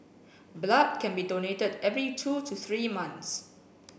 blood can be donated every two to three months